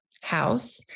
house